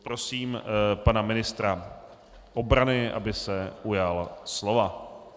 Prosím pana ministra obrany, aby se ujal slova.